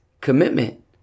commitment